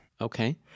Okay